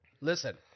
Listen